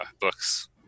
books